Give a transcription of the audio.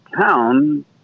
town